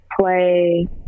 play